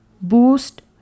Boost